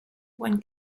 when